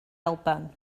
alban